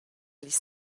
les